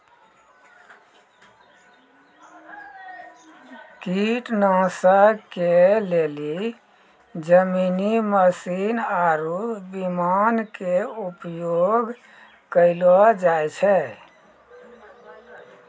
कीटनाशक के लेली जमीनी मशीन आरु विमान के उपयोग कयलो जाय छै